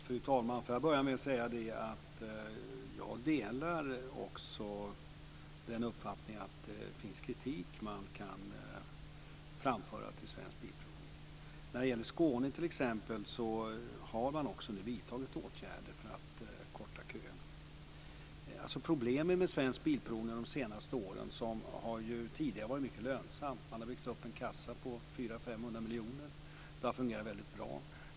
Fru talman! Får jag börja med att säga att jag delar uppfattningen att det finns kritik som kan framföras mot Svensk Bilprovning. När det t.ex. gäller Skåne har man nu vidtagit åtgärder för att korta köerna. Svensk Bilprovning har ju tidigare varit mycket lönsamt. Man har byggt upp en kassa på 400 500 miljoner, och det har fungerat väldigt bra.